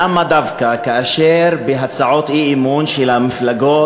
למה דווקא בהצעות אי-אמון של המפלגות